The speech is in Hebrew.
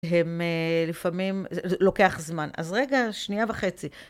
הם לפעמים, לוקח זמן, אז רגע שנייה וחצי.